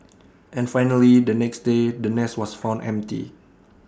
and finally the next day the nest was found empty